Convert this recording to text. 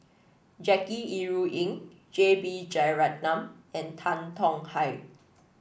Jackie Yi Ru Ying J B Jeyaretnam and Tan Tong Hye